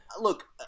Look